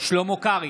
שלמה קרעי,